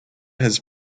has